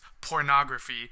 pornography